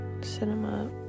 Cinema